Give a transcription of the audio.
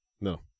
No